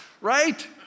right